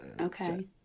Okay